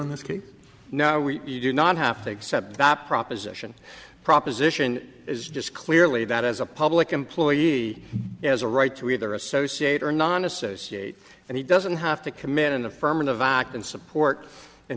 in this case now we do not have to accept that proposition proposition it is just clearly that as a public employee he has a right to either associate or non associate and he doesn't have to commit an affirmative act and support in